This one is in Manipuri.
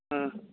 ꯎꯝ